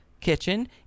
kitchen